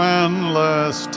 endless